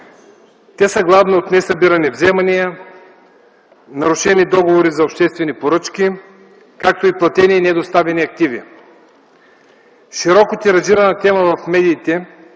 Те са главно от несъбирани вземания, нарушени договори за обществени поръчки, както и платени и недоставени активи. Широко тиражирана тема в медиите